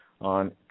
on